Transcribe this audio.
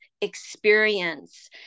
experience